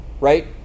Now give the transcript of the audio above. Right